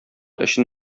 өчен